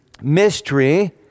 Mystery